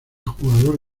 jugador